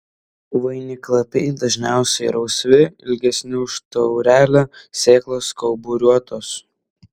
vainiklapiai dažniausiai rausvi ilgesni už taurelę sėklos kauburiuotos